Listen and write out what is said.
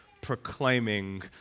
proclaiming